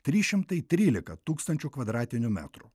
trys šimtai trylika tūkstančių kvadratinių metrų